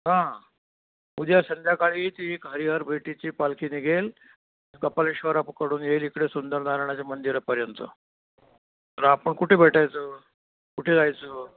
हां उद्या संध्याकाळी ती एक हरिहर भेटीची पालखी निघेल कपालेश्वराकडून येईल इकडे सुंदरनारायणाच्या मंदिरापर्यंत तर आपण कुठे भेटायचं कुठे जायचं